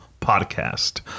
podcast